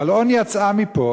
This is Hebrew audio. גלאון יצאה מפה